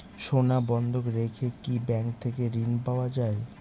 সোনা বন্ধক রেখে কি ব্যাংক থেকে ঋণ পাওয়া য়ায়?